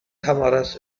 kameras